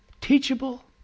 teachable